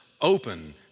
open